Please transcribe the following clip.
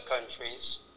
countries